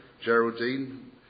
Geraldine